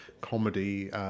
comedy